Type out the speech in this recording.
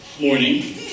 morning